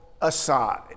aside